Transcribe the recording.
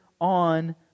on